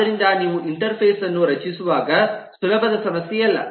ಆದ್ದರಿಂದ ನೀವು ಇಂಟರ್ಫೇಸ್ ಅನ್ನು ರಚಿಸುವಾಗ ಸುಲಭದ ಸಮಸ್ಯೆಯಲ್ಲ